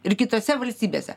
ir kitose valstybėse